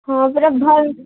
ହଁ ପରା ଭଲ୍